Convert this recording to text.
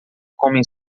comem